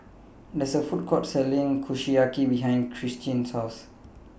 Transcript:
There IS A Food Court Selling Kushiyaki behind Christen's House